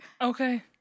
Okay